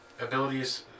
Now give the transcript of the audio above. Abilities